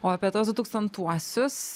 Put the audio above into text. o apie tuos dutūkstantuosius